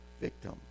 victim